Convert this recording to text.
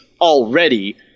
already